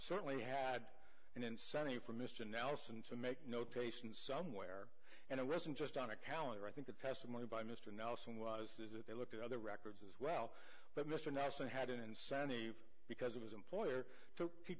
certainly had an incentive for mr nelson to make notation somewhere and it wasn't just on a calendar i think the testimony by mr nelson was that they looked at other records as well but mr nelson had an incentive because of his employer to keep